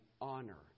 honor